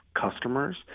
customers